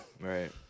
Right